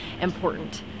important